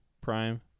prime